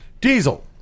Diesel